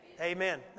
Amen